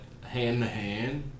hand-to-hand